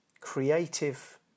creative